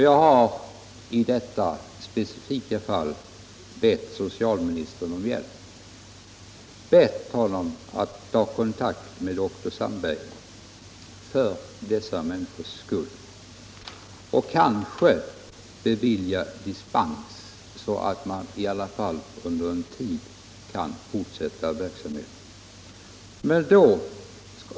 Jag har i detta specifika fall bett socialministern om hjälp. Jag har bett att han tar kontakt med dr Sandberg för dessa människors skull och kanske beviljar dispens för att åtminstone under en tid möjliggöra att verksamheten fortsätter.